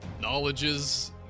knowledges